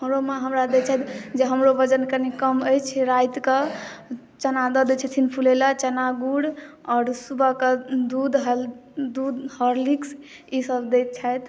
हमरो माँ हमरा दै छथि जे हमरो वजन कम अछि रातिके चना दऽ दै छथिन फूलैलए चना गुड़ आओर सुबहके दूध हल दूध हॉर्लिक्स ईसब दै छथि